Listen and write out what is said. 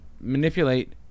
manipulate